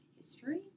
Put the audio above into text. history